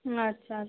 হুম আচ্ছা আচ্ছা